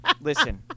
Listen